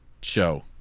show